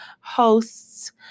hosts